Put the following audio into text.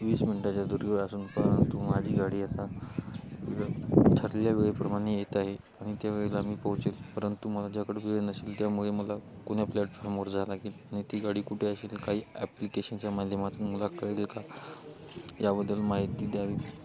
वीस मिनटाच्या असून परंतु माझी गाडी आता वेळ ठरल्या वेळेप्रमाणे येत आहे आणि त्या वेळेला मी पोहचेल परंतु माझ्याकडं वेळ नसेल त्यामुळे मला कुण्या प्लॅटफॉर्मवर जा लागेल आणि ती गाडी कुठे असेल काही ॲप्लिकेशनच्या माध्यमातून मला कळेल का याबद्दल माहिती द्यावी